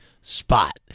spot